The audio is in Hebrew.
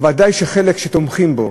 ודאי שחלק שתומכים בו,